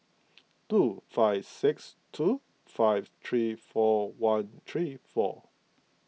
two five six two five three four one three four